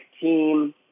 team